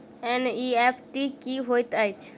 NEFT की होइत अछि?